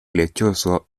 lechoso